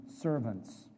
servants